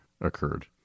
occurred